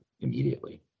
immediately